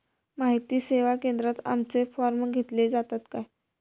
माहिती सेवा केंद्रात आमचे फॉर्म घेतले जातात काय?